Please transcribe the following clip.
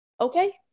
Okay